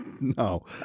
No